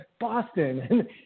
Boston